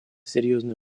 серьезной